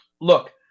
look